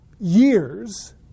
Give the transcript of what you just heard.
years